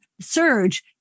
surge